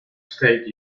state